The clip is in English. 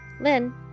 Lynn